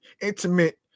intimate